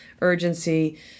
urgency